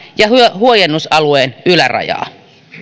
ja huojennusalueen ylärajaa